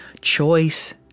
choice